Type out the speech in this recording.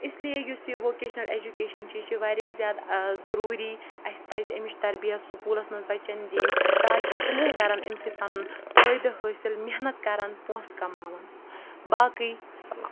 اِسلیے یُس یہِ ووکیشنَل ایجوکیشَن چھِ یہِ چھِ واریاہ زیادٕ ضٔروٗری اَسہِ پَزِ اَمِچ تربیت سکوٗلَس منٛز بَچَن دِنۍ تاکہِ تِم تہِ کَرن اَمہِ سۭتۍ پَنُن فٲیدٕ حٲصِل محنت کَرَن پونٛسہٕ کماوَن باقٕے وَسَلام